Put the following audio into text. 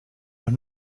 los